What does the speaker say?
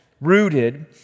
rooted